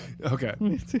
Okay